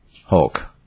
Hulk